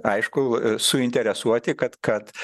aišku suinteresuoti kad kad